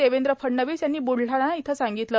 देवेंद्र फडणवीस यांनी ब्लढाणा इथं सांगितले